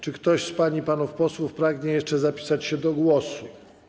Czy ktoś z pań i panów posłów pragnie jeszcze zapisać się do głosu?